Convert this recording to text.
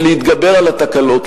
ויש להתגבר על התקלות,